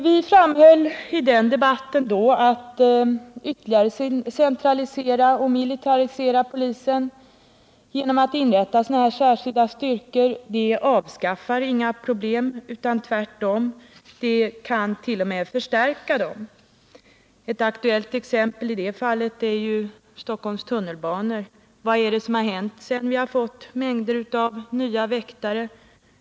Vi framhöll i den debatten att ytterligare centralisering och militarisering av polisen genom att inrätta en sådan här särskild styrka inte avskaffar några problem. Tvärtom kan dett.o.m. förstärka dem. Ett aktuellt problem i detta fall är Stockholms tunnelbanor. Vad har hänt sedan vi fick mängder av nya väktare?